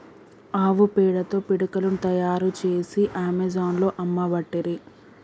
ఆవు పేడతో పిడికలను తాయారు చేసి అమెజాన్లో అమ్మబట్టిరి